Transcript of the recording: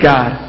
God